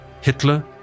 Hitler